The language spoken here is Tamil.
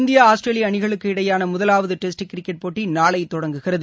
இந்தியா ஆஸ்திரேலியா அணிகளுக்கு இடையேயான முதலாவது டெஸ்ட் கிரிக்கெட் போட்டி நாளை தொடங்குகிறது